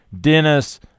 dennis